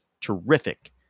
terrific